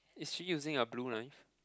is she using a blue knife